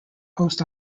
post